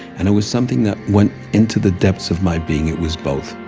and it was something that went into the depths of my being. it was both.